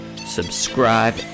subscribe